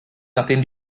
nachdem